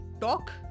talk